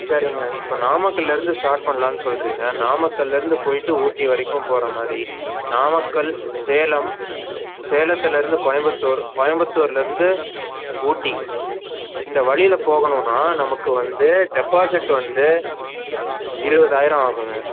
சரிங்க இப்போ நாமக்கல்லருந்து ஸ்டார்ட் பண்ணலான்னு சொல்லுறிங்க நாமக்கல்லருந்து போயிவிட்டு ஊட்டி வரைக்கும் போகற மாதிரி நாமக்கல் சேலம் சேலத்துலருந்து கோயம்புத்தூர் கோயம்புத்தூர்லருந்து ஊட்டி இந்த வழியில் போகணுன்னா நமக்கு வந்து டெபாசிட் வந்து இருவதாயிரம் ஆகுங்க